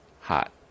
hot